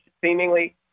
seemingly